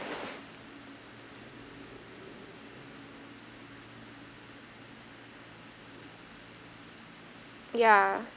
ya